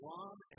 one